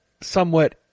somewhat